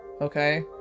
Okay